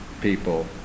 people